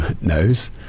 Knows